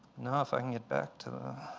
now, if i can get back to